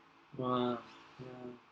!wah! yeah loh